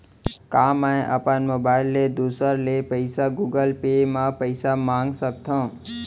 का मैं अपन मोबाइल ले दूसर ले पइसा गूगल पे म पइसा मंगा सकथव?